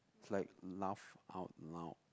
it's like laugh out loud